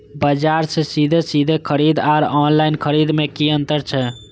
बजार से सीधे सीधे खरीद आर ऑनलाइन खरीद में की अंतर छै?